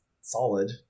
solid